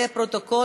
לפרוטוקול,